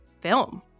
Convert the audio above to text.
film